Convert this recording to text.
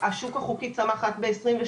בעוד השוק החוקי צמח רק ב-22%.